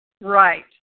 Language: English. Right